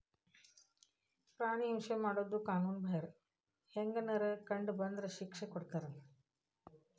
ಪ್ರಾಣಿ ಹಿಂಸೆ ಮಾಡುದು ಕಾನುನು ಬಾಹಿರ, ಹಂಗೆನರ ಕಂಡ ಬಂದ್ರ ಶಿಕ್ಷೆ ಕೊಡ್ತಾರ